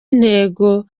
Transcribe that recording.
intego